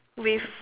with